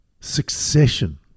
Succession